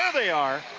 ah they are.